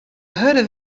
hurde